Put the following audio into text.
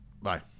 Bye